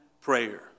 prayer